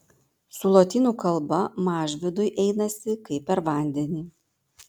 su lotynų kalba mažvydui einasi kaip per vandenį